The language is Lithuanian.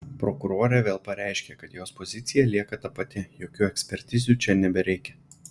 prokurorė vėl pareiškė kad jos pozicija lieka ta pati jokių ekspertizių čia nebereikia